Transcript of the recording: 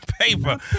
paper